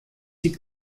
die